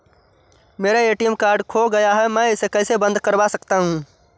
मेरा ATM card खो गया है मैं इसे कैसे बंद करवा सकता हूँ?